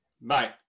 Bye